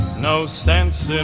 no sense